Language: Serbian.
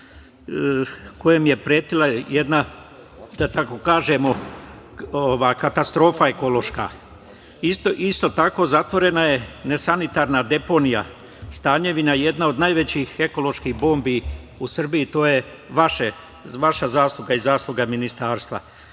kojem je pretila jedna, da tako kažemo, katastrofa ekološka. Isto tako zatvorena je nesanitarna deponija Stanjevina, jedna od najvećih ekoloških bombi u Srbiji. To je vaša zasluga i zasluga Ministarstva.